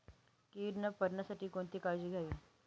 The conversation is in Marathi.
कीड न पडण्यासाठी कोणती काळजी घ्यावी?